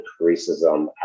racism